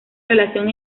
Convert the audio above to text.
relación